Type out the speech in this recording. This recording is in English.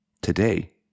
today